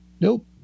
Nope